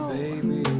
baby